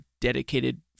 dedicated